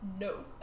no